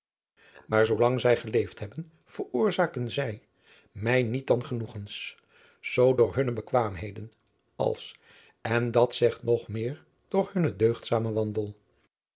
maar zoolang zij geleefd hebben veroorzaakten zij mij niet dan genoegens zoo door hunne bekwaamheden als en dat zegt nog meer door hunnen deugdzamen wandel